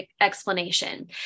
explanation